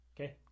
okay